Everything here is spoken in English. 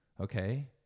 Okay